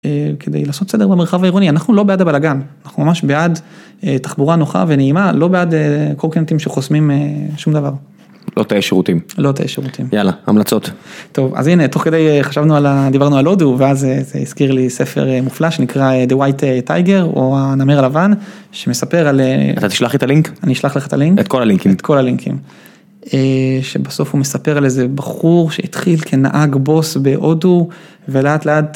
כדי לעשות סדר במרחב העירוני, אנחנו לא בעד הבלגן, אנחנו ממש בעד תחבורה נוחה ונעימה, לא בעד קורקינטים שחוסמים שום דבר. לא תאי שירותים. לא תאי שירותים. יאללה, המלצות. טוב, אז הנה, תוך כדי חשבנו על ה... דיברנו על הודו, ואז זה הזכיר לי ספר מופלא שנקרא The White Tiger או הנמר הלבן, שמספר על... אתה תשלח את הלינק? אני אשלח לך את הלינק. את כל הלינקים. את כל הלינקים. שבסוף הוא מספר על איזה בחור שהתחיל כנהג בוס בהודו ולאט לאט...